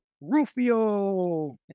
Rufio